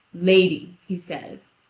lady, he says,